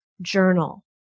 Journal